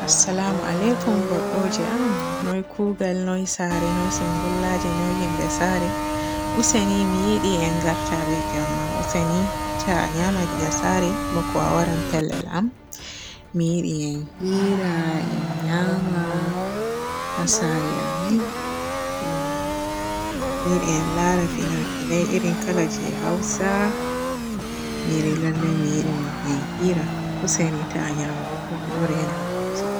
Assalamu alaikum bodɗoji am. Noy kuugal? Noy saare? Noy soogullaji, noy himɓe saare? Useni mi yiɗi en ngarta be jemma, useni ta a nyama diga saare bako a waara pellel am. Mi yiɗi en hira, en nyama, haa saare amin mi-mi yiɗi en laara fina finay iri kaala je Hausa mi re lallai mi yiɗi en hira useni ta nyamu bo miɗo rena ma usoko.